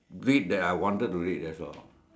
read that I wanted to read that's all